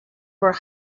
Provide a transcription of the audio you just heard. were